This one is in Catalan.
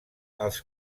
els